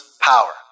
power